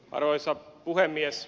arvoisa puhemies